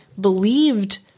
believed